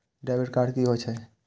Debit card की होय छेय?